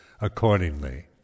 accordingly